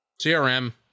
CRM